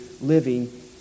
living